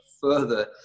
further